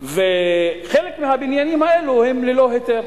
חלק מהבניינים האלה הם ללא היתר.